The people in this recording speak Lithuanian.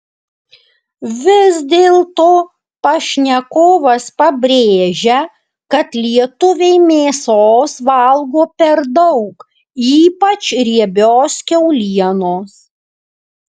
vis dėlto pašnekovas pabrėžia kad lietuviai mėsos valgo per daug ypač riebios kiaulienos